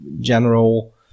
general